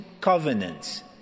covenants